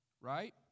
right